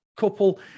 couple